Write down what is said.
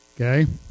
Okay